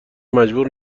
مجبور